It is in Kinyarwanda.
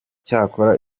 cyakora